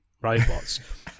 robots